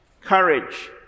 Courage